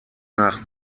nach